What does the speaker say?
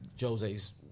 Jose's